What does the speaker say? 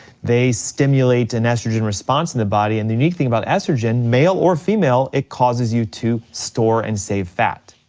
they stimulate an and estrogen response in the body and the unique thing about estrogen, male or female, it causes you to store and save fat.